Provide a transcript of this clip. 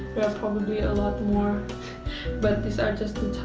probably a lot more but these are just the